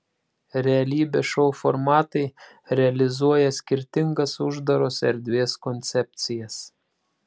realybės šou formatai realizuoja skirtingas uždaros erdvės koncepcijas